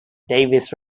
davis